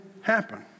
happen